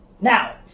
now